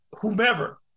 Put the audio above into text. whomever